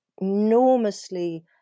enormously